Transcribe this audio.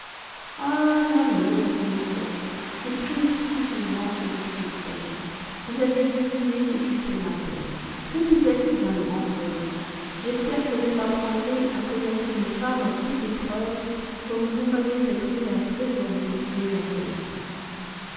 ah l'amour dit le roi c'est précisément ce dont il s'agit vous avez deviné ce qui fait ma peine que vous êtes un grand homme j'espère que vous m'apprendrez à connaître une femme à toute épreuve comme vous m'avez fait trouver un trésorier désintéressé